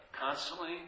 constantly